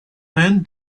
man